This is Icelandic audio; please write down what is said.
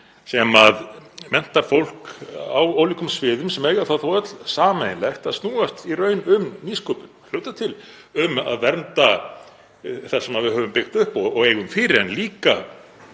sem menntar fólk á ólíkum sviðum sem eiga það þó öll sameiginlegt að snúast í raun um nýsköpun, að hluta til um að vernda það sem við höfum byggt upp og eigum fyrir en líka